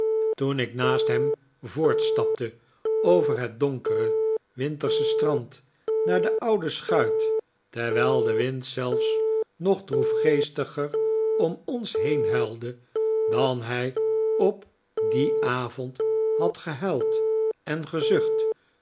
toen ik naast hem voortstapte over het donkere wintersche strand naar de oude schuit terwijl de wind zelfs nog droefgeestiger om ons heen huilde dan hij op dien avond had gehuild en gezucht